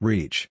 Reach